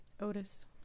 Otis